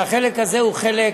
והחלק הזה הוא חלק